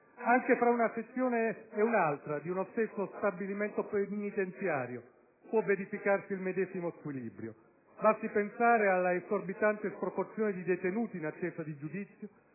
Anche tra una sezione e l'altra di uno stesso penitenziario può verificarsi il medesimo squilibrio: basti pensare all'esorbitante sproporzione di detenuti in attesa di giudizio,